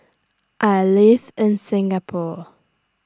I live in Singapore